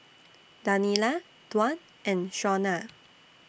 Daniella Dwan and Shawna